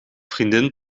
vriendin